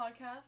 podcast